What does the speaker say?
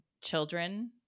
children